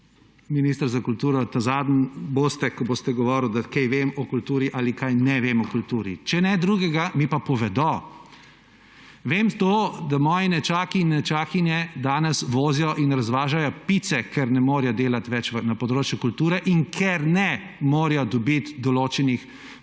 minister za kulturo, zadnji boste, ki boste govorili, da kaj vem o kulturi ali česa ne vem o kulturi. Če ne drugega, mi pa povedo. Vem to, da moji nečaki in nečakinje danes vozijo in razvažajo pice, ker ne morejo delati več na področju kulture in ker ne morejo dobiti določenih,